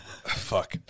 Fuck